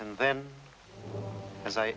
and then as i